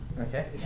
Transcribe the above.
Okay